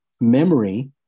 memory